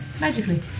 Magically